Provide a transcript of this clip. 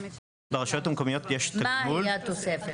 המקומיות יש תגמול -- מהי התוספת,